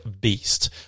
beast